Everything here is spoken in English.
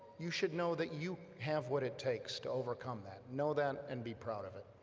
you should know that you have what it takes to overcome that, know that and be proud of it.